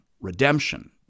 redemption